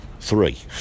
Three